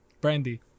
Brandy